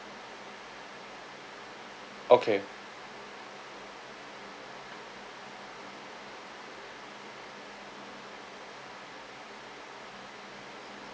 okay